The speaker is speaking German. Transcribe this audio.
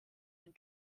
den